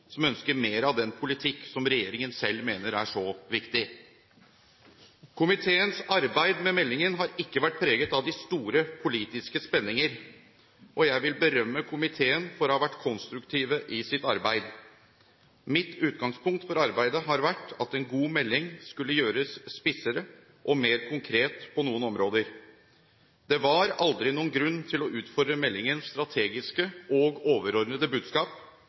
som ønsker mer av den politikk som regjeringen selv mener er så viktig. Komiteens arbeid med meldingen har ikke vært preget av de store politiske spenninger, og jeg vil berømme komiteen for å ha vært konstruktiv i sitt arbeid. Mitt utgangspunkt for arbeidet har vært at en god melding skulle gjøres spissere og mer konkret på noen områder. Det var aldri noen grunn til å utfordre meldingens strategiske og overordnede budskap.